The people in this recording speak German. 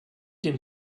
den